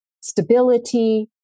stability